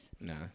No